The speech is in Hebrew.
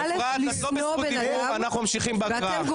אתם מסיטים נגד שלטון החוק,